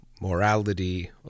morality